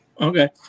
Okay